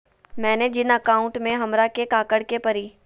मैंने जिन अकाउंट में हमरा के काकड़ के परी?